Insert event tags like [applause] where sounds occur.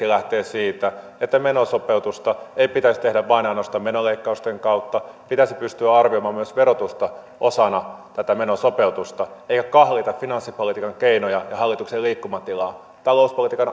[unintelligible] lähtee siitä että menosopeutusta ei pitäisi tehdä vain ja ainoastaan menoleikkausten kautta pitäisi pystyä arvioimaan myös verotusta osana tätä menosopeutusta eikä kahlita finanssipolitiikan keinoja ja hallituksen liikkumatilaa talouspolitiikan